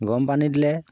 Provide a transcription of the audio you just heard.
গৰম পানী দিলে